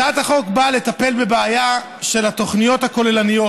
הצעת החוק באה לטפל בבעיה של התוכניות הכוללות.